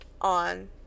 on